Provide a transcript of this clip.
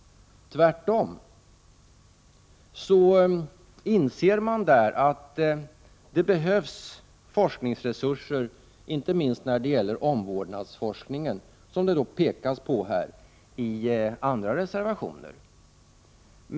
Tvärtom anser man där att det behövs forskningsresurser, inte minst till omvårdnadsforskningen, som det pekas på i andra reservationer.